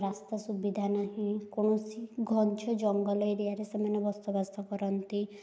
ରାସ୍ତା ସୁବିଧା ନାହିଁ କୌଣସି ଘଞ୍ଚ ଜଙ୍ଗଲ ଏରିଆରେ ସେମାନେ ବସବାସ କରନ୍ତି